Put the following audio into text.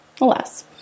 alas